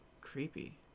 creepy